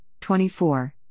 24